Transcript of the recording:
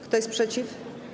Kto jest przeciw?